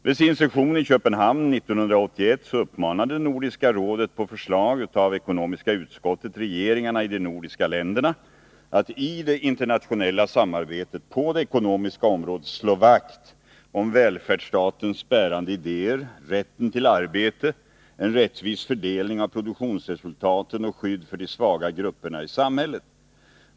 Vid sin session i Köpenhamn 1981 uppmanade Nordiska rådet, på förslag av ekonomiska utskottet, regeringarna i de nordiska länderna att i det internationella samarbetet på det ekonomiska området slå vakt om välfärdsstatens bärande idéer — rätten till arbete, en rättvis fördelning av produktionsresultaten och skydd för de svaga grupperna i samhället.